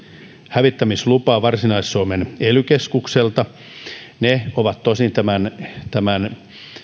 hävittämislupaa varsinais suomen ely keskukselta he ovat tosin tämän tämän